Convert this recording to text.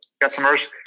customers